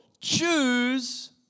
Choose